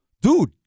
dude